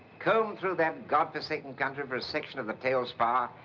comb through that godforsaken country for a section of the tail spar.